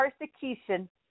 persecution